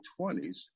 20s